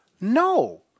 No